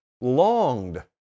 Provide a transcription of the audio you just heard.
longed